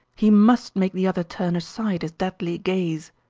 he must make the other turn aside his deadly gaze,